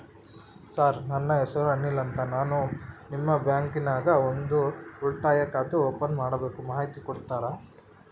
Sir ನನ್ನ ಹೆಸರು ಅನಿಲ್ ಅಂತ ನಾನು ನಿಮ್ಮ ಬ್ಯಾಂಕಿನ್ಯಾಗ ಒಂದು ಉಳಿತಾಯ ಖಾತೆ ಓಪನ್ ಮಾಡಬೇಕು ಮಾಹಿತಿ ಕೊಡ್ತೇರಾ?